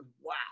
wow